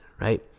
right